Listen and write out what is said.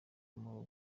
ubu